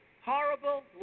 Horrible